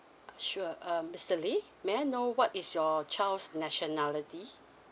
sure um mister lee may I know what is your child's nationality